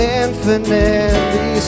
infinitely